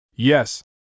Yes